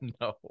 No